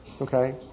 Okay